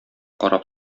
карап